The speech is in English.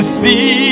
see